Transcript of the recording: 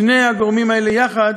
שני הגורמים האלה יחד,